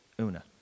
Una